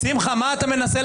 -- נפתחה הדלת ונכנסו כולם.